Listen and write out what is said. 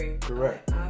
correct